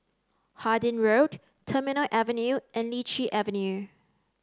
Harding Road Terminal Avenue and Lichi Avenue